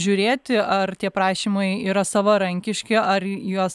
žiūrėti ar tie prašymai yra savarankiški ar juos